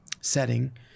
setting